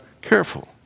careful